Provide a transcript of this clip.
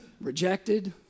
rejected